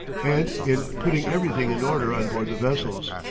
and in putting everything in order on board the vessels.